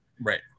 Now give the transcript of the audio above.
right